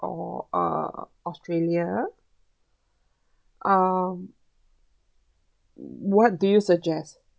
or uh australia um what do you suggest